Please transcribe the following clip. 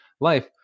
life